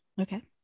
okay